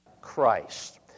Christ